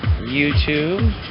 YouTube